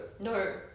No